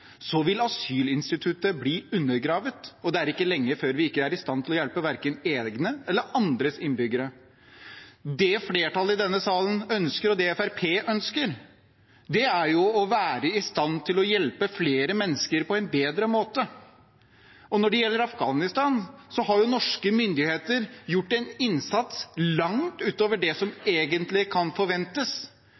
vil asylinstituttet bli undergravet, og det er ikke lenge før vi ikke er i stand til å hjelpe verken egne eller andres innbyggere. Det flertallet i denne salen ønsker, og det Fremskrittspartiet ønsker, er å være i stand til å hjelpe flere mennesker på en bedre måte. Når det gjelder Afghanistan, har norske myndigheter gjort en innsats langt utover det som egentlig kan forventes.